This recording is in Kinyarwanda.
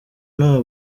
nta